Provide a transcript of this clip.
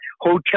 hotel